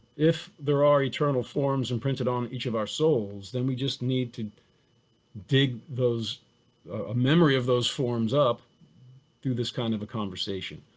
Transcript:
if there are eternal forms and printed on each of our souls, then we just need to dig a memory of those forms up through this kind of a conversation.